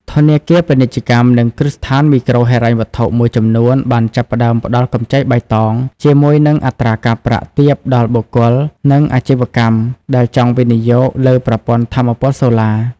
ធនាគារពាណិជ្ជ និងគ្រឹះស្ថានមីក្រូហិរញ្ញវត្ថុមួយចំនួនបានចាប់ផ្តើមផ្តល់កម្ចីបៃតង ជាមួយនឹងអត្រាការប្រាក់ទាបដល់បុគ្គល និងអាជីវកម្មដែលចង់វិនិយោគលើប្រព័ន្ធថាមពលសូឡា។